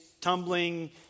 tumbling